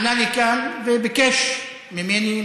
עלה לכאן וביקש ממני,